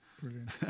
Brilliant